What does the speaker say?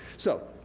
so,